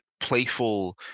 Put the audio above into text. playful